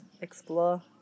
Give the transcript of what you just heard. explore